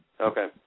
Okay